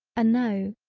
a no,